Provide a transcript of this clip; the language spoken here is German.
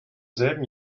selben